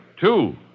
Two